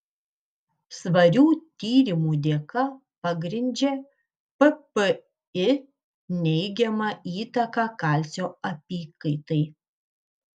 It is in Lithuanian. svarių tyrimų dėka pagrindžia ppi neigiamą įtaką kalcio apykaitai